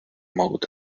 mode